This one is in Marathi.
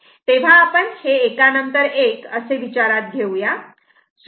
तेव्हा आपण हे एका नंतर एक असे विचारात घेऊया